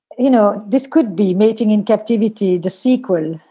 you know, this could be mating in captivity, the sequel,